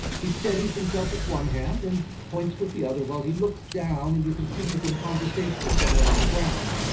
he steadies himself with one hand and points with the other while he looks down and you can see he's in conversation with someone on the ground.